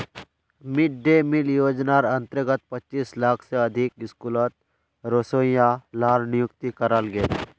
mid day meal योज्नार अंतर्गत पच्चीस लाख से अधिक स्कूलोत रोसोइया लार नियुक्ति कराल गेल